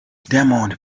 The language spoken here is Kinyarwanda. diamond